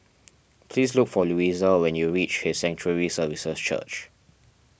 please look for Louisa when you reach His Sanctuary Services Church